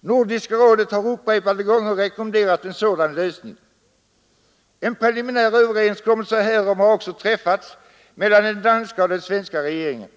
Nordiska rådet har upprepade gånger rekommenderat en sådan lösning. En preliminär överenskommelse härom har också träffats mellan den danska och den svenska regeringen.